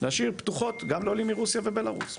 להשאיר פתוחות גם לעולים מרוסיה ובלרוס.